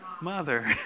Mother